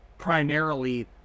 primarily